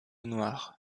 noir